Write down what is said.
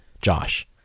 Josh